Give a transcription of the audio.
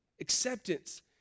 Acceptance